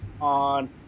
on